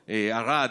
ערד,